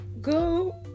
go